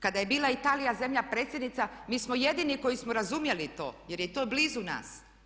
Kada je bila Italija zemlja predsjednica mi smo jedini koji smo razumjeli to, jer je to blizu nas.